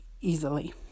easily